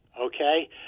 okay